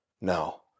no